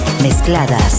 mezcladas